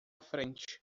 frente